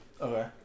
Okay